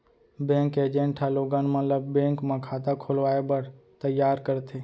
bank के agent ह लोगन मन ल बेंक म खाता खोलवाए बर तइयार करथे